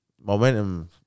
Momentum